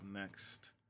next